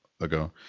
ago